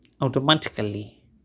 automatically